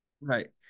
right